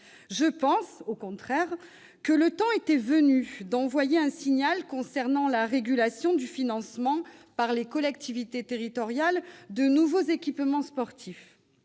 Je pense, au contraire, que le temps était venu d'adresser un signal concernant la régulation du financement par les collectivités territoriales de nouveaux équipements sportifs.